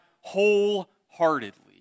wholeheartedly